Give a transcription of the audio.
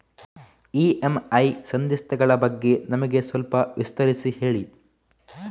EMI ಸಂಧಿಸ್ತ ಗಳ ಬಗ್ಗೆ ನಮಗೆ ಸ್ವಲ್ಪ ವಿಸ್ತರಿಸಿ ಹೇಳಿ